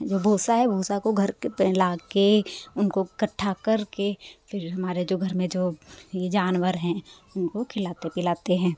जो भूसा है भूसा को घर लाके उनको इकट्ठा करके फिर हमारे जो घर में जो जानवर हैं उनको खिलाते पिलाते हैं